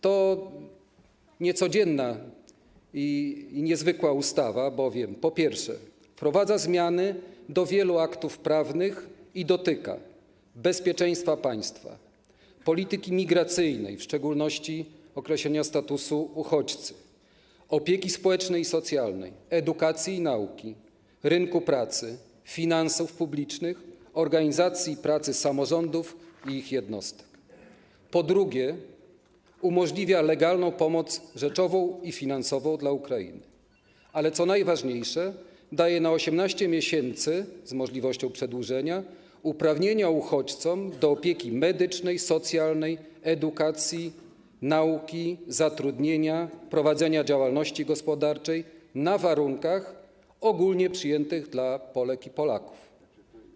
To niecodzienna i niezwykła ustawa, bowiem, po pierwsze, wprowadza zmiany do wielu aktów prawnych i dotyka bezpieczeństwa państwa, polityki migracyjnej, w szczególności określenia statusu uchodźcy, opieki społecznej i socjalnej, edukacji i nauki, rynku pracy, finansów publicznych, organizacji pracy samorządów i ich jednostek, po drugie, umożliwia legalną pomoc rzeczową i finansową dla Ukrainy, ale co najważniejsze, daje na 18 miesięcy, z możliwością przedłużenia, uprawnienia uchodźcom do opieki medycznej, socjalnej, edukacji, nauki, zatrudnienia, prowadzenia działalności gospodarczej na warunkach ogólnie przyjętych dla Polek i Polaków.